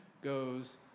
goes